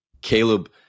Caleb –